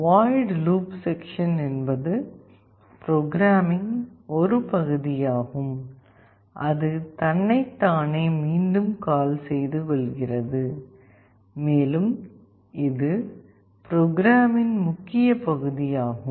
void loop section என்பது ப்ரோக்ராமின் ஒரு பகுதியாகும் அது தன்னை தானே மீண்டும் கால் செய்து கொள்கிறது மேலும் இது ப்ரோக்ராமின் முக்கிய பகுதியாகும்